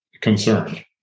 concerned